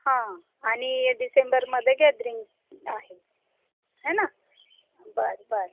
हा आणि डिसेंबरमध्ये गॅदरिंग आहे है ना बरं बरं